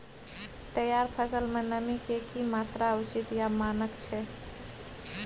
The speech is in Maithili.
तैयार फसल में नमी के की मात्रा उचित या मानक छै?